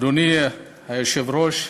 אדוני היושב-ראש,